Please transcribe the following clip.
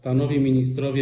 Panowie Ministrowie!